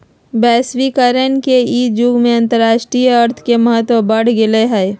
वैश्वीकरण के इ जुग में अंतरराष्ट्रीय अर्थ के महत्व बढ़ गेल हइ